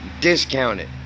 discounted